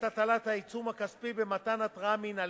הטלת העיצום הכספי במתן התראה מינהלית,